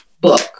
book